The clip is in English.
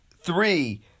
Three